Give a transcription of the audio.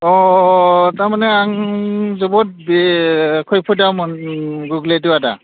अ थारमाने आं जोबोद बे खैफोदाव गोग्लैदो आदा